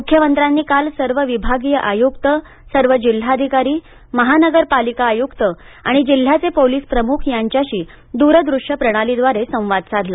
मुख्यमंत्र्यांनी काल सर्व विभागीय आयुक्त सर्व जिल्हाधिकारी महानगरपालिका आयुक्त आणि जिल्ह्यांचे पोलीस प्रमुख यांच्याशी दूरदृष्य प्रणालीद्वारे संवाद साधला